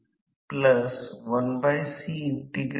तर ही बाजू वारंवारताच आहे ही वारंवारता ही एक सोपी युक्ती आहे